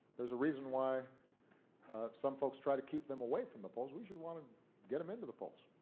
there's a reason why some folks try to keep them away from the polls. we should want to get them into the polls.